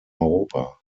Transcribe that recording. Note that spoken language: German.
europa